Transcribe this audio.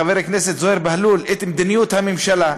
חבר הכנסת זוהיר בהלול, את מדיניות הממשלה,